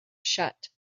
shut